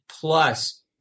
plus